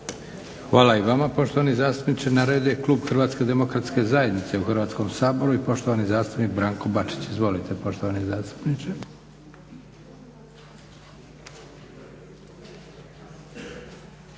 Hvala i vama poštovani zastupniče. Na redu je Klub Hrvatske Demokratske Zajednice u Hrvatskom saboru i poštovani zastupnik Branko Bačić. Izvolite poštovani zastupniče.